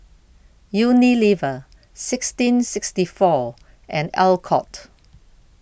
Unilever sixteen sixty four and Alcott